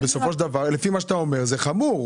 לפי מה שאתה אומר, זה חמור.